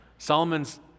Solomon's